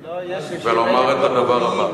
ולומר את הדבר הבא.